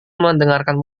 mendengarkan